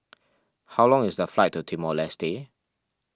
how long is the flight to Timor Leste